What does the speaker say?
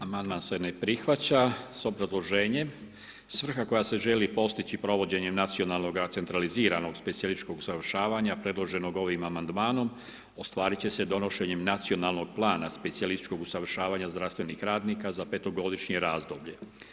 Amandman se ne prihvaća sa obrazloženjem, svrha koja se želi postići provođenjem nacionalnoga centraliziranog specijalističkim usavršavanja preloženo ovim amandmanom ostvariti će se donošenjem nacionalnog plana specijalističkog usavršavanja zdravstvenih radnika za petogodišnje razdoblje.